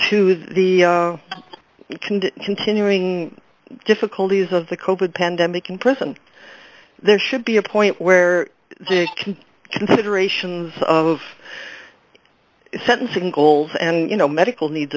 to the continuing difficulties of the coated pandemic in prison there should be a point where they can considerations of sentencing goals and you know medical needs